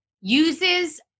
uses